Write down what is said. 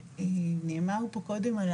נאמר פה קודם על